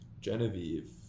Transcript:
genevieve